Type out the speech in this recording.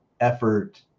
effort